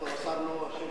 אנחנו מסרנו את השם